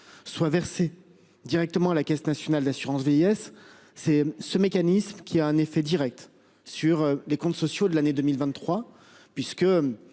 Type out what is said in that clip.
soit versée directement à la Caisse nationale d'assurance vieillesse. C'est ce mécanisme, qui a un effet Direct sur les comptes sociaux de l'année 2023 puisque